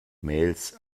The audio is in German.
mails